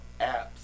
apps